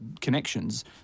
connections